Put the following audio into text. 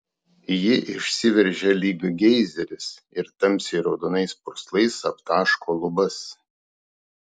ji išsiveržia lyg geizeris ir tamsiai raudonais purslais aptaško lubas